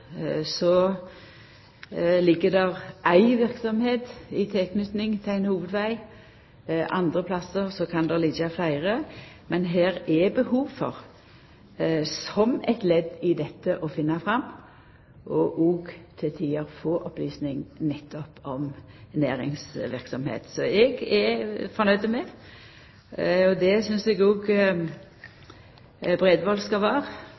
ligg det éi verksemd i tilknyting til ein hovudveg, andre plassar kan det liggja fleire. Men her er det behov for, som eit ledd i dette med å finna fram, til tider å få opplysing nettopp om næringsverksemd. Så eg er fornøgd med dette. Eg synest òg Bredvold skal vera fornøgd med at her blir det ei løysing. Jeg skal